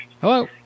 Hello